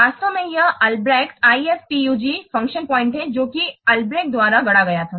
वास्तव में यह अल्ब्रेक्ट IFPUG फ़ंक्शन पॉइंट है जो कि अल्ब्रेक्ट द्वारा गढ़ा गया था